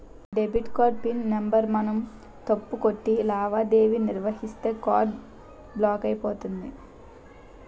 debit card PIN number మనం తప్పు కొట్టి లావాదేవీ నిర్వహిస్తే కార్డు బ్లాక్ అయిపోతుంది